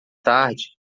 tarde